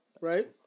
right